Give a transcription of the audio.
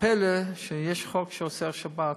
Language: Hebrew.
הפלא הוא שיש חוק שאוסר בשבת,